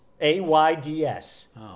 a-y-d-s